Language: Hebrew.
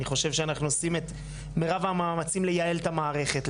אני חושב שאנחנו עושים את מירב המאמצים לייעל את המערכת,